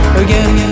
again